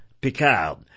Picard